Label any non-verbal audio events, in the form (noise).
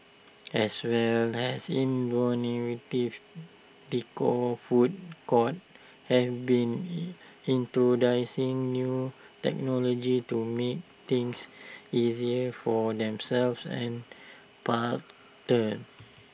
as well as innovative decor food courts have been (unintelligible) into dancing new technologies to make things easier for themselves and parter